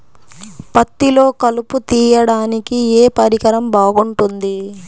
పత్తిలో కలుపు తీయడానికి ఏ పరికరం బాగుంటుంది?